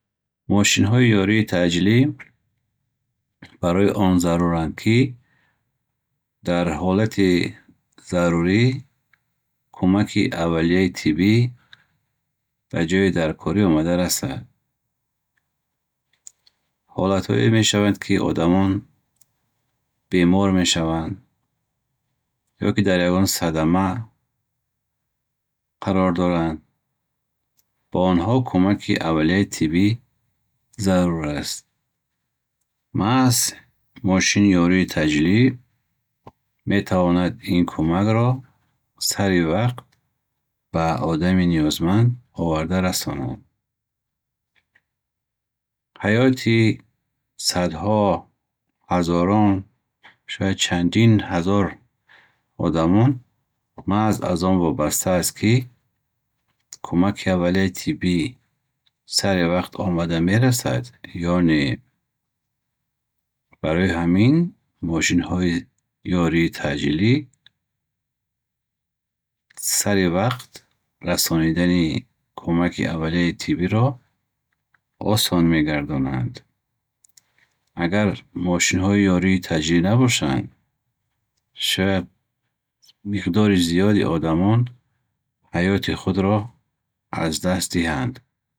Мошинҳои ёрии таъҷилӣ барои он заруранд, ки дар ҳолати зарурӣ кӯмаки аввалияи тиббӣ ба ҷои даркорӣ омада расад. Ҳолатҳое мешаванд, ки одамон бемор мешаванд ё ки дар ягон садама қарор доранд ба онҳо кумаки аввалияи тиббӣ зарур аст. Маҳз мошини ёрии таъҷилӣ метавонад ин кумакро саривақт ба одами ниёзманд оварда расонад. Ҳаети садҳо, ҳазорон шояд чандин ҳазор одамон маҳз аз он вобаста аст, ки кумаки аввалияи тиббӣ сари вақт омада мерасад ё не? Барои ҳамин, мошинҳои ёрии таъҷилӣ, сари вақт расонидаки кӯмаки аввалияи тиббиро осон мегарноданд. Агар мошинҳои ёрии таъҷилӣ набошанд, шояд миқдори зиеди одамон ҳаети худро аз даст диҳанд.